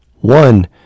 one